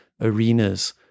arenas